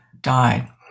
died